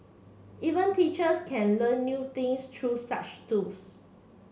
even teachers can learn new things true such tools